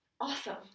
Awesome